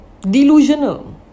Delusional